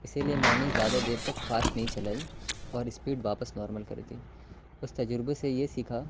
اسی لیے میں نے زیادہ دیر تک فاسٹ نہیں چلائی اور اسپیڈ واپس نارمل کر دی اس تجربے سے یہ سیکھا